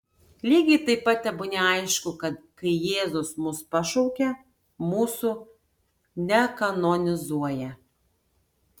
lygiai taip pat tebūnie aišku kad kai jėzus mus pašaukia mūsų nekanonizuoja